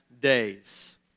days